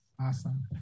Awesome